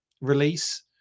release